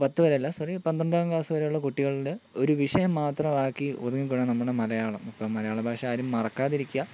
പത്ത് വരെയല്ല സോറി പന്ത്രണ്ടാം ക്ലാസ് വരെയുള്ള കുട്ടികളുടെ ഒരു വിഷയം മാത്രമാക്കി ഒതുങ്ങുകയാണ് നമ്മുടെ മലയാളം അപ്പം മലയാള ഭാഷ ആരും മറക്കാതെ ഇരിക്കുക